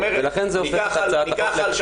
ולכן זה הופך את הצעת החוק לתקציבית.